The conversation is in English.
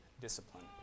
discipline